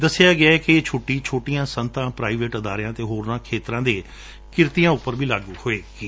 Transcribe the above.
ਦੱਸਿਆ ਗਿਐ ਕਿ ਇਹ ਛੁੱਟੀ ਛੋਟੀਆਂ ਸਨਅਤਾਂ ਪ੍ਰਾਈਵੇਟ ਅਦਾਰਿਆਂ ਅਤੇ ਹੋਰਨਾਂ ਖੇਤਰਾਂ ਦੇ ਕਿਰਤੀਆਂ ਅੱਪਰ ਵੀ ਲਾਗੁ ਹੋਵੇਗੀ